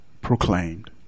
proclaimed